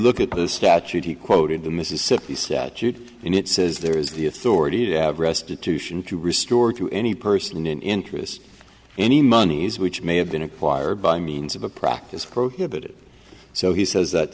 look at the statute he quoted the mississippi statute and it says there is the authority to have restitution to restore to any person in interest any monies which may have been acquired by means of a proc is prohibited so he says that